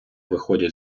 виходять